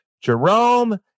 Jerome